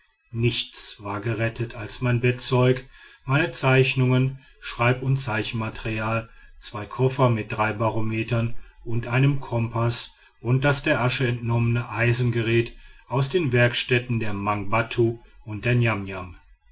nichts war gerettet als mein bettzeug meine zeichnungen schreib und zeichenmaterial zwei koffer mit drei barometern und einem kompaß und das der asche entnommene eisengerät aus den werkstätten der mangbattu und niamniam